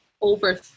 over